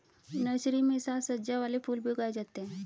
nursery में साज सज्जा वाले फूल भी उगाए जाते हैं